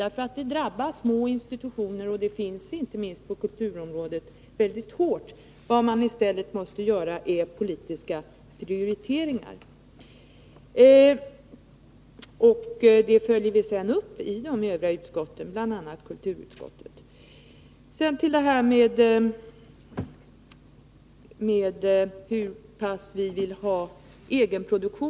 Den drabbar små institutioner som dem som finns inte minst inom kulturområdet mycket hårt. Man måste i stället göra politiska prioriteringar. Vi följer upp vår inställning i de övriga utskotten, bl.a. i kulturutskottet. Till sist vill jag kommentera vårt krav på en planering för en ökning av andelen egenproduktion.